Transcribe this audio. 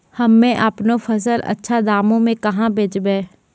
हम्मे आपनौ फसल अच्छा दामों मे कहाँ बेचबै?